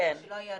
כשלא היו רכבים,